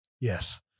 Yes